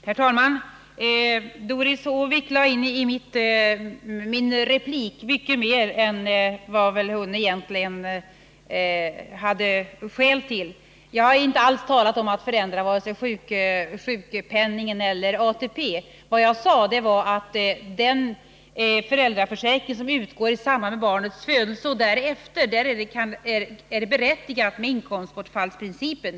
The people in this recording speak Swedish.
Herr talman! Doris Håvik lade in mycket mer i min replik än vad hon egentligen hade skäl till. Jag har inte alls talat om att förändra vare sig sjukpenningen eller ATP. Vad jag sade var att när det gäller ersättning från föräldraförsäkringen som utgår i samband med barnets födelse är det berättigat med ersättning enligt inkomstbortfallsprincipen.